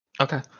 Okay